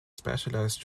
specialized